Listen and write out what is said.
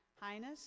Highness